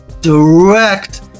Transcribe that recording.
direct